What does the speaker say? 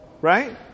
right